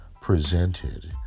presented